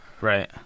Right